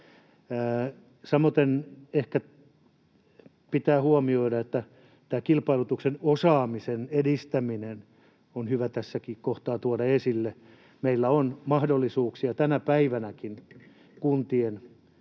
Samoiten ehkä pitää huomioida, että kilpailutuksen osaamisen edistäminen on hyvä tässäkin kohtaa tuoda esille. Meillä on mahdollisuuksia tänä päivänäkin kuntien